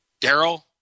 Daryl